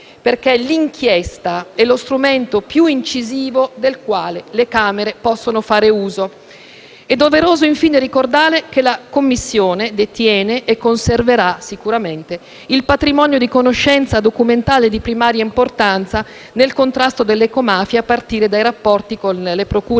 infatti, è lo strumento più incisivo del quale le Camere possono fare uso. È doveroso infine ricordare che la Commissione detiene - e conserverà sicuramente - il patrimonio di conoscenza documentale di primaria importanza nel contrasto dell'ecomafia a partire dai rapporti con le procure